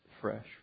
fresh